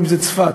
שזה צפת.